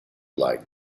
like